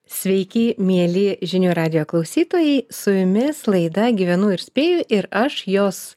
sveiki mieli žinių radijo klausytojai su jumis laida gyvenu ir spėju ir aš jos